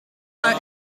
are